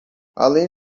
além